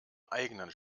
eigenen